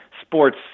sports